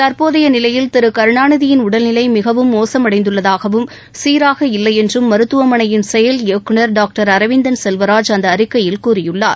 தற்போதைய நிலையில் திரு கருணாநிதியின் உடல்நிலை மிகவும் மோசமடைந்துள்ளதாகவும் சீராக இல்லையென்றும் மருத்துவமனையின் செயல் இயக்குனர் டாக்டர் அரவிந்தன் செல்வராஜ் அந்த அறிக்கையில் கூறியுள்ளார்